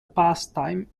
pastime